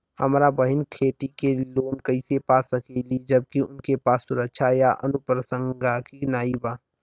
हमार बहिन खेती के लोन कईसे पा सकेली जबकि उनके पास सुरक्षा या अनुपरसांगिक नाई बा?